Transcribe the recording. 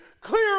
clear